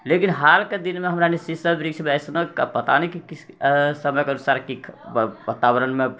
लेकिन हाल के दिन मे हमरा ने सीसम बृक्ष मे ऐसनो पता नहि समय के अनुसार की बातावरण मे